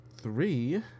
three